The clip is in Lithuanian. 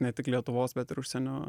ne tik lietuvos bet ir užsienio